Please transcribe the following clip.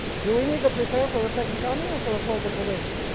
do we need to prepare for the second coming or for the close of probation?